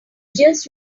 just